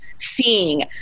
seeing